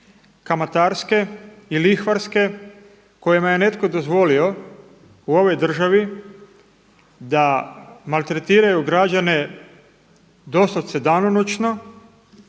kamatarske i lihvarske kojima je netko dozvolio u ovoj državi da maltretiraju građane doslovce danonoćno,